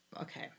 okay